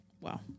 Wow